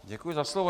Děkuji za slovo.